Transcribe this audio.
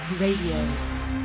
Radio